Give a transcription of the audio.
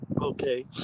Okay